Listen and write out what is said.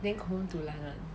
then confirm dulan ah